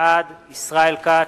בעד ישראל כץ,